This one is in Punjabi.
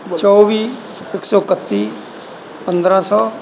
ਚੌਵੀ ਇੱਕ ਸੌ ਇਕੱਤੀ ਪੰਦਰਾਂ ਸੌ